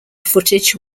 footage